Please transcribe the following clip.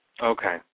Okay